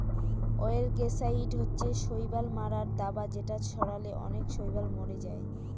অয়েলগেসাইড হচ্ছে শৈবাল মারার দাবা যেটা ছড়ালে অনেক শৈবাল মরে যায়